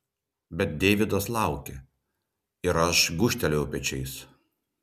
bet deividas laukė ir aš gūžtelėjau pečiais